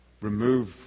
remove